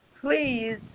please